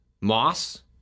Moss